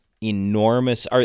enormous